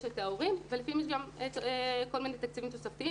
יש את ההורים וכל מיני תקציבים תוספתיים